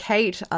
Kate